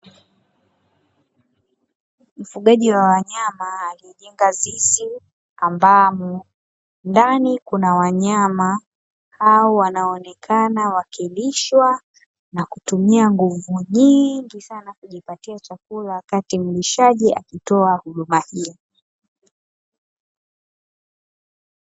Mfugaji wa wanyama aliyejenga zizi, ambamo ndani kuna wanyama hao wanaonekana wakilishwa na kutumia nguvu nyingi sana kujipatia chakula wakati mlishaji akitoa huduma hiyo.